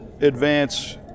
advance